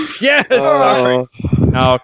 Yes